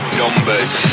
numbers